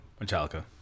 Metallica